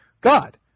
God